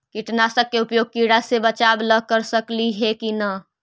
कीटनाशक के उपयोग किड़ा से बचाव ल कर सकली हे की न?